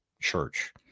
church